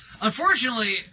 unfortunately